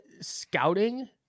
Scouting